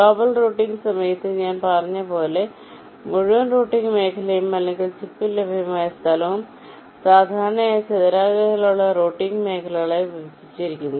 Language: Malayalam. ഗ്ലോബൽ റൂട്ടിംഗ് സമയത്ത് ഞാൻ പറഞ്ഞതുപോലെ മുഴുവൻ റൂട്ടിംഗ് മേഖലയും അല്ലെങ്കിൽ ചിപ്പിൽ ലഭ്യമായ സ്ഥലവും സാധാരണയായി ദീർഘചതുരാകൃതിയിലുള്ള റൂട്ടിംഗ് മേഖലകളായി വിഭജിച്ചിരിക്കുന്നു